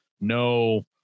no